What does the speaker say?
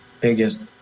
biggest